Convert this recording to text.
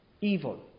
evil